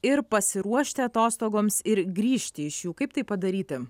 ir pasiruošti atostogoms ir grįžti iš jų kaip tai padaryti